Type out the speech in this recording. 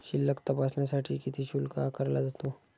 शिल्लक तपासण्यासाठी किती शुल्क आकारला जातो?